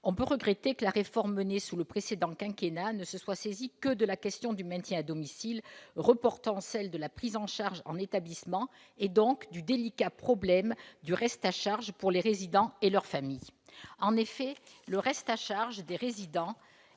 On peut regretter que la réforme menée sous le précédent quinquennat ne se soit saisie que de la question du maintien à domicile, reportant celle de la prise en charge en établissement, et donc du délicat problème du reste à charge pour les résidents et leurs familles. En effet, le reste à charge des résidents